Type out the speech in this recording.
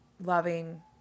loving